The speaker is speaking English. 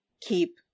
keep